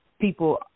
people